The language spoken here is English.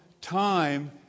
time